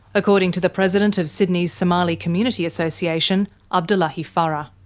according to the president of sydney's somali community association, abdullahi farah.